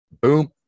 Boom